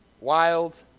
Wild